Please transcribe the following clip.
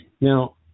Now